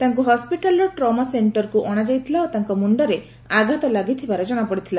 ତାଙ୍କୁ ହସ୍କିଟାଲ୍ର ଟ୍ରମା ସେକ୍ଟରକୁ ଅଶାଯାଇଥିଲା ଓ ତାଙ୍କ ମୁଣ୍ଡରେ ଆଘାତ ଲାଗିଥିବାର ଜଣାପଡ଼ିଥିଲା